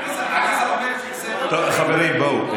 חברים, בואו,